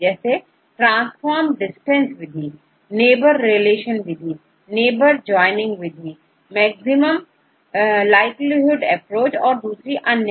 जैसे transformed distance विधि neighbour relation विधि नेबर जॉइनिंग विधि मैक्सिमम लाइक्लीहुड अप्रोच और दूसरी अन्य